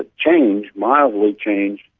ah change, mildly change,